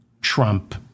Trump